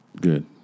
Good